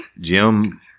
Jim